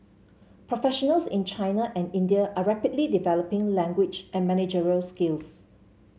professionals in China and India are rapidly developing language and managerial skills